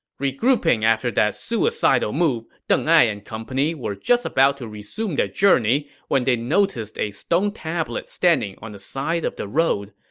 regrouping after that suicidal move, deng ai and company were just about to resume their journey when they noticed a stone tablet standing on the side of the road.